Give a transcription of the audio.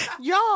Y'all